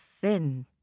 thin